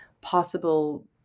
possible